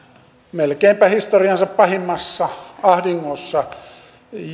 melkeinpä historiansa pahimmassa ahdingossa